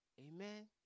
Amen